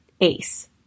ace